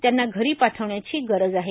त्यांना धरी पाठवण्याची गरज आहे